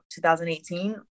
2018